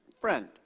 friend